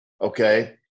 Okay